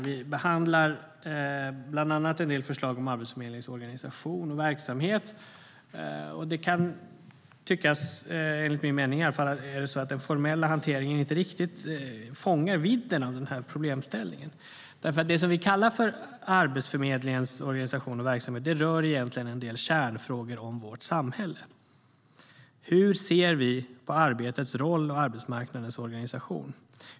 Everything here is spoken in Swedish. Vi behandlar bland annat en del förslag om Arbetsförmedlingens organisation och verksamhet. Enligt min mening fångar den formella hanteringen inte riktigt vidden av problemställningen, för det vi kallar Arbetsförmedlingens organisation och verksamhet rör egentligen en del kärnfrågor om vårt samhälle: Hur ser vi på arbetets roll och arbetsmarknadens organisation?